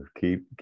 keep